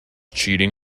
cheating